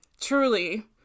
truly